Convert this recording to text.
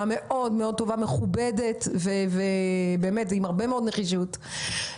מאוד טובה ומכובדת ועם הרבה מאוד נחישות.